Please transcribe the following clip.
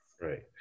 right